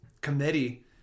committee